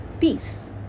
peace